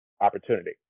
opportunity